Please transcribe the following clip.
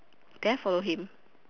did I follow him